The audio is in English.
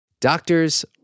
Doctors